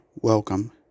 welcome